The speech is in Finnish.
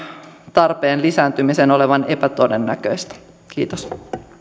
tarpeen lisääntymisen olevan epätodennäköistä kiitos